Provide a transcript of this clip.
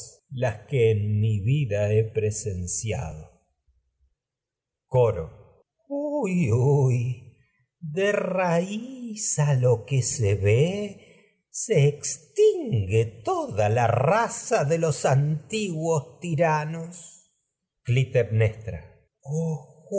las que en mi vida he presenciado huy huy de raíz a lo que se ve se extin gue toda la raza de los antiguos tiranos